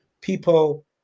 people